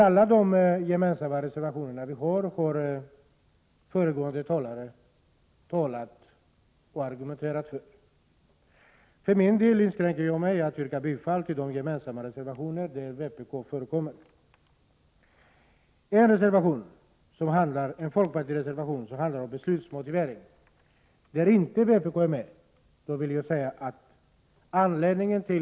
Föregående talare har argumenterat för alla de gemensamma reservationerna, och jag kan för min del inskränka mig till att yrka bifall till de reservationer där vpk förekommer. En folkpartireservation som handlar om beslutsmotivering biträds inte av vpk.